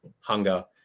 hunger